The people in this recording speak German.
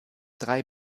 drei